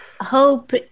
Hope